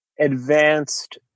Advanced